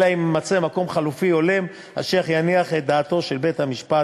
אלא אם כן יימצא מקום חלופי הולם אשר יניח את דעתו של בית-המשפט